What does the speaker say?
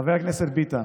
חבר הכנסת ביטן,